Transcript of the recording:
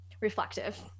Reflective